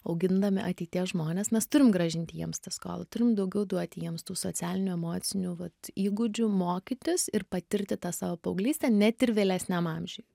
augindami ateities žmones mes turim grąžinti jiems tą skolą turim daugiau duoti jiems tų socialinių emocinių vat įgūdžių mokytis ir patirti tą savo paauglystę net ir vėlesniam amžiuj